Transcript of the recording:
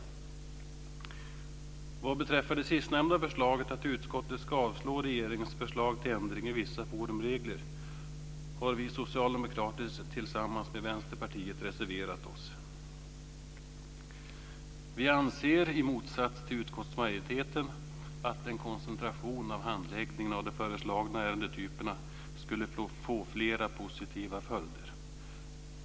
Vad beträffar det sistnämnda förslaget, att utskottet ska avslå regeringens förslag till ändring i vissa forumregler, har vi socialdemokrater reserverat oss tillsammans med Vänsterpartiet. Vi anser i motsats till utskottsmajoriteten att en koncentration av handläggningen av de föreslagna ärendetyperna skulle få flera positiva följder.